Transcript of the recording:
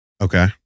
Okay